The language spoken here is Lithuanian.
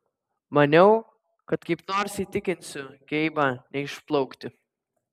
maniau kad kaip nors įtikinsiu geibą neišplaukti